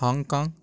Hong Kong